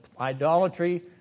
idolatry